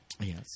Yes